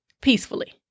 peacefully